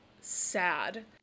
sad